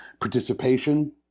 participation